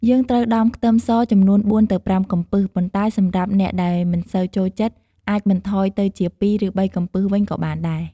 យើងត្រូវដំខ្ទឹមសចំនួន ៤ទៅ៥ កំពឹស ប៉ុន្តែសម្រាប់អ្នកដែលមិនសូវចូលចិត្ត អាចបន្ថយទៅជា ២ ឬ៣ កំពឹសវិញក៏បានដែរ។